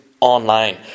online